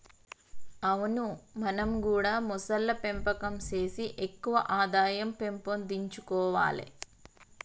అవును మనం గూడా మొసళ్ల పెంపకం సేసి ఎక్కువ ఆదాయం పెంపొందించుకొవాలే